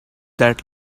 that